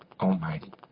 Almighty